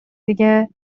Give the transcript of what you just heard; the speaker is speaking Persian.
دیگه